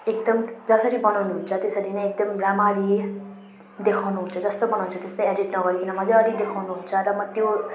एकदम जसरी बनाउनुहुन्छ त्यसरी नै एकदम राम्ररी देखाउनुहुन्छ जस्तो बनाउँछ त्यस्तै एडिट् नगरिकन मजाले देखाउनुहुन्छ र म त्यो